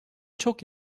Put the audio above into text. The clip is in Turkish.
çok